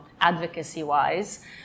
advocacy-wise